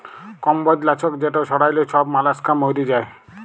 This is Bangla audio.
কম্বজ লাছক যেট ছড়াইলে ছব মলাস্কা মইরে যায়